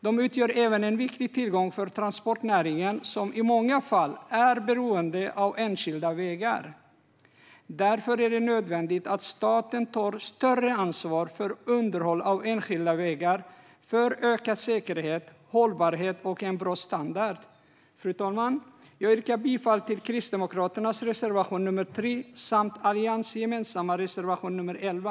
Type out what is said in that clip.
De utgör även en viktig tillgång för transportnäringen, som i många fall är beroende av enskilda vägar. Därför är det nödvändigt att staten tar ett större ansvar för underhåll av enskilda vägar för ökad säkerhet, hållbarhet och en bra standard. Fru talman! Jag yrkar bifall till Kristdemokraternas reservation nr 3 samt till den alliansgemensamma reservationen nr 11.